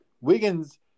Wiggins